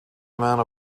amount